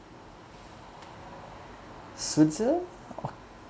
switzerland